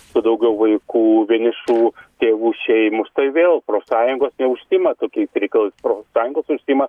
su daugiau vaikų vienišų tėvų šeimos tai vėl profsąjungos neužsiima tokiais reikalais profsąjungos užsiima